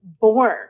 born